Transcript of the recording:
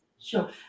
sure